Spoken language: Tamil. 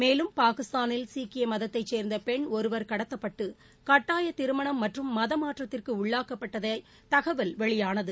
மேலும் பாகிஸ்தானில் சீக்கிய மதத்தைச் சேர்ந்த பெண் ஒருவர் கடத்தப்பட்டு கட்டாய திருமணம் மற்றும் மதமாற்றத்திற்கு உள்ளாக்கப்பட்டதாக தகவல் வெளியானது